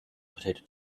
potato